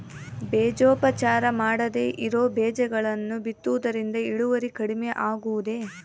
ಬೇಜೋಪಚಾರ ಮಾಡದೇ ಇರೋ ಬೇಜಗಳನ್ನು ಬಿತ್ತುವುದರಿಂದ ಇಳುವರಿ ಕಡಿಮೆ ಆಗುವುದೇ?